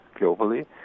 globally